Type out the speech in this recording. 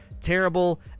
terrible